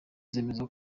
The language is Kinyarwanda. zemeza